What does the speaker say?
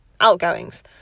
outgoings